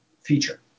feature